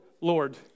Lord